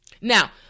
Now